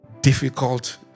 difficult